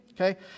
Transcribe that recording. Okay